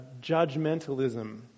judgmentalism